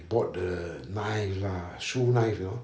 bought the knife lah shoe knife you know